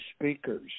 speakers